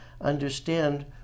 understand